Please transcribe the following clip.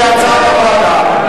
כהצעת הוועדה.